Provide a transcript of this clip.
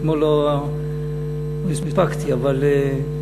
אתמול לא הספקתי אבל,